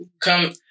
Come